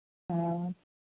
हाँ